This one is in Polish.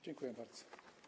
Dziękuję bardzo.